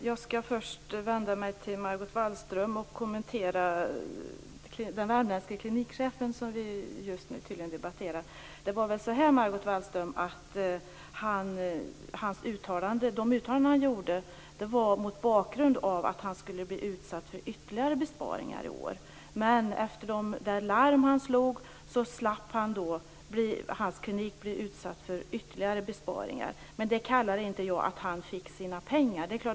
Fru talman! Jag vänder mig först till Margot Wallström och vill kommentera den värmländske klinikchef som vi just nu tydligen debatterar. Det är väl så, Margot Wallström, att han gjorde sina uttalanden mot bakgrund av att han skulle bli utsatt för ytterligare besparingar i år. Efter att ha slagit larm slapp dock hans klinik att bli utsatt för ytterligare besparingar. Jag vill därmed inte säga att han fick sina pengar.